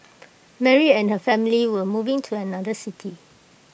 Mary and her family were moving to another city